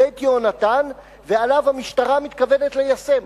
"בית יהונתן" ועליו המשטרה מתכוונת ליישם.